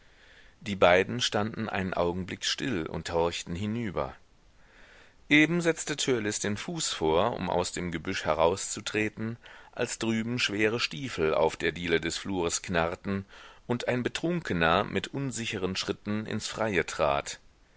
die beiden standen einen augenblick still und horchten hinüber eben setzte törleß den fuß vor um aus dem gebüsch herauszutreten als drüben schwere stiefel auf der diele des flures knarrten und ein betrunkener mit unsicheren schritten ins freie trat